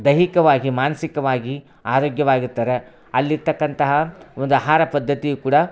ದೈಹಿಕವಾಗಿ ಮಾನಸಿಕವಾಗಿ ಆರೋಗ್ಯವಾಗಿರ್ತಾರೆ ಅಲ್ಲಿರ್ತಕ್ಕಂತಹ ಒಂದು ಆಹಾರ ಪದ್ಧತಿಯೂ ಕೂಡಾ